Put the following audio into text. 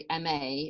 MA